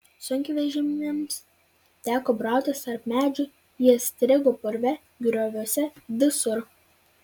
sunkvežimiams teko brautis tarp medžių jie strigo purve grioviuose visur